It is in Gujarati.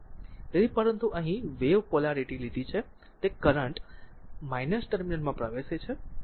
તેથી પરંતુ અહીં વેવ પોલારીટી લીધી છે તે કરંટ ટર્મિનલમાં પ્રવેશે છે